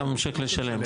אתה ממשיך לשלם,